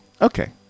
Okay